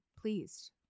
pleased